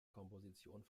komposition